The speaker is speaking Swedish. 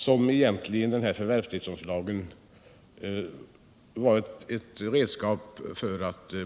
Tidsplanen är den att påminnelse den 14 april denna vecka skall ha inkommit till industridepartementet, och därefter fattar regeringen beslut.